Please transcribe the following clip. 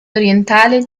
orientale